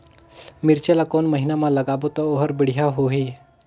मिरचा ला कोन महीना मा लगाबो ता ओहार बेडिया होही?